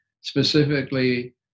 specifically